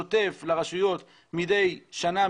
שוטף לרשויות מדי שנה,